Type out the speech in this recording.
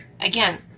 Again